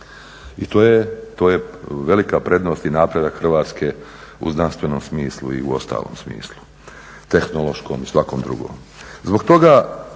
I to je velika prednost i napredak Hrvatske u znanstvenom smislu i u ostalom smislu, tehnološkom i svakom drugom.